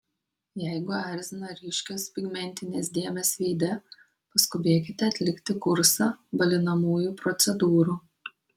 jeigu erzina ryškios pigmentinės dėmės veide paskubėkite atlikti kursą balinamųjų procedūrų